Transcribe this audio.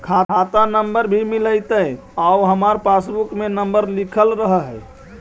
खाता नंबर भी मिलतै आउ हमरा पासबुक में नंबर लिखल रह है?